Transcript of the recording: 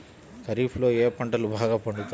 ఖరీఫ్లో ఏ పంటలు బాగా పండుతాయి?